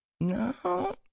No